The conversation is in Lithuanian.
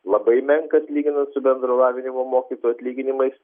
labai menkas lyginant su bendro lavinimo mokytojų atlyginimais